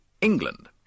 England